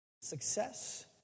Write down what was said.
success